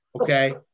okay